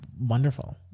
wonderful